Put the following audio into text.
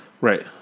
Right